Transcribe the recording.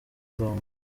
congo